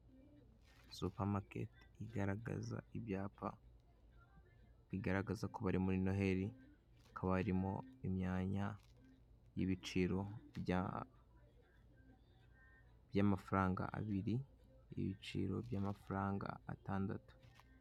Supamaketi igaragaza ibyapa bigaragaza ko bari muri noheri, hakaba harimo imyanya y'ibiciro by'amafaranga abiri, ibiciro by'amafaranga atandatu.